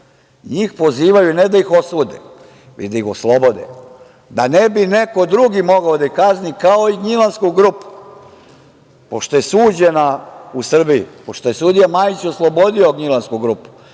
Njih pozivaju, ne da ih osude, već da ih oslobode, da ne bi neko drugi mogao da ih kazni, kao i Gnjilansku grupu. Pošto je suđena u Srbiji, pošto je sudija Majić oslobodio Gnjilansku grupu,